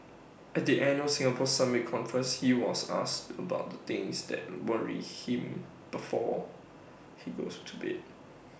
at the annual Singapore summit conference he was asked about the things that worry him before he goes to bed